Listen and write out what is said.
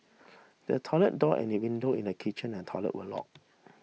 the toilet door and the window in the kitchen and toilet were locked